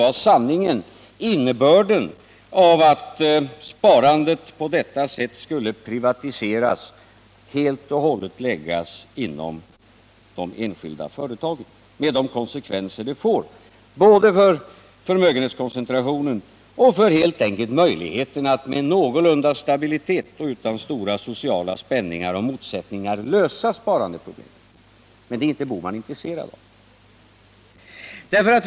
Han talade inte om innebörden av att sparandet på detta sätt skulle privatiseras, helt och hållet läggas inom de enskilda företagen. Han berättade inte om de konsekvenser det får, både för förmögenhetskoncentrationen och för möjligheterna att helt enkelt med någorlunda stabilitet och utan stora sociala spänningar eller motsättningar lösa sparandeproblemet. Men det är inte Gösta Bohman intresserad av.